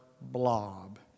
blob